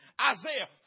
Isaiah